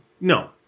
No